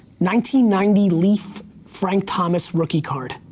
ninety ninety leaf frank thomas rookie card.